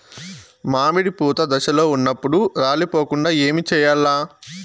మామిడి పూత దశలో ఉన్నప్పుడు రాలిపోకుండ ఏమిచేయాల్ల?